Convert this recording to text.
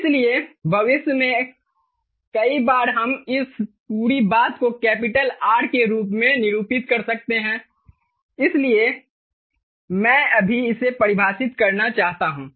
इसलिए भविष्य में कई बार हम इस पूरी बात को कैपिटल R के रूप में निरूपित कर सकते हैं इसलिए मैं अभी इसे परिभाषित करना चाहता हूं